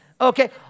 okay